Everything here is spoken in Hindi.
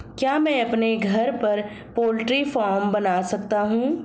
क्या मैं अपने घर पर पोल्ट्री फार्म बना सकता हूँ?